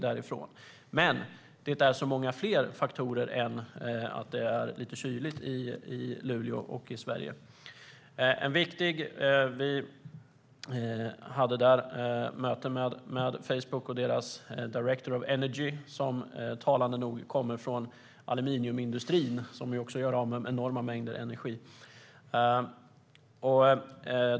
Men det handlar om många fler faktorer än att det är lite kyligt i Luleå och i Sverige. Vi hade ett möte med Facebook och deras director of energy, som talande nog kommer från aluminiumindustrin, som också gör av med enorma mängder energi.